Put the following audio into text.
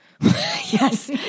Yes